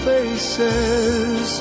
Faces